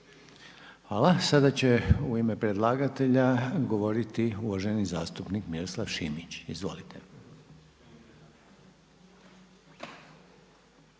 Hvala. Sada će u ime predlagatelja govoriti uvaženi zastupnik Miroslav Šimić. Izvolite.